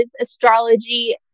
astrology